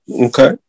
Okay